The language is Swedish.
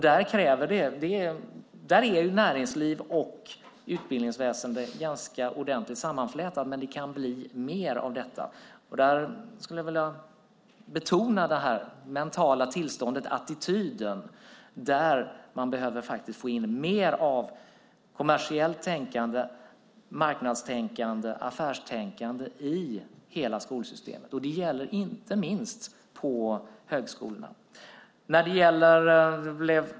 Här är näringsliv och utbildningsväsen ganska sammanflätade, men det kan bli mer av det. Jag skulle därför vilja betona det mentala tillståndet, attityden, där man behöver få in mer kommersiellt tänkande, marknadstänkande och affärstänkande i hela skolsystemet. Det gäller inte minst på högskolorna.